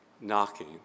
knocking